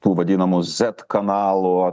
tų vadinamų zet kanalų